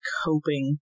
coping